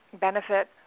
benefit